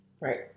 Right